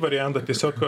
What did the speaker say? variantą tiesiog